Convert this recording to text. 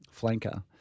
flanker